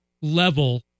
level